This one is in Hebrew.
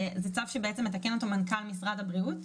זה צו שמנכ"ל הבריאות מתקן אותו,